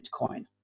Bitcoin